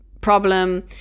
problem